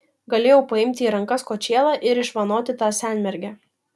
galėjau paimti į rankas kočėlą ir išvanoti tą senmergę